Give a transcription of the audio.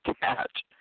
catch